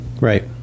Right